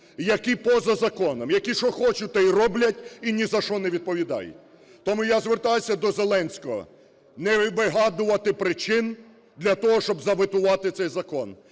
які поза законом, які, що хочуть, те й роблять, і ні за що не відповідають. Тому я звертаюся до Зеленського не вигадувати причин для того, щоб заветувати цей закон,